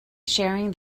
sharing